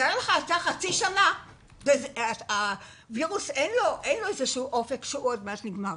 חצי שנה ולווירוס אין איזשהו אופק שעוד מעט הוא נגמר,